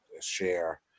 share